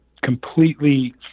completely